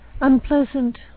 unpleasant